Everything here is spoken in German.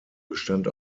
bestand